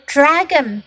Dragon